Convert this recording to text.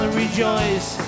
rejoice